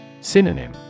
Synonym